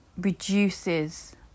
reduces